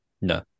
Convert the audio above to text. No